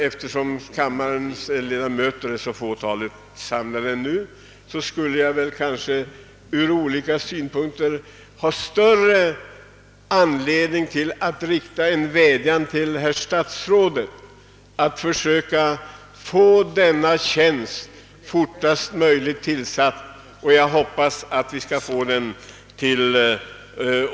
Eftersom så få av kammarens ledamöter är närvarande nu skulle jag kanske ännu hellre rikta en vädjan till herr statsrådet att försöka få denna tjänst tillsatt fortast möjligt.